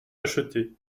acheter